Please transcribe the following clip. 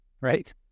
right